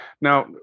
Now